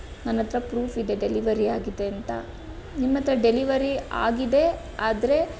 ನನ್ನ ಹತ್ರ ಪ್ರೂಫ್ ಇದೆ ಡೆಲಿವರಿ ಆಗಿದೆ ಅಂತ ನಿಮ್ಮ ಹತ್ರ ಡೆಲಿವರಿ ಆಗಿದೆ ಆದರೆ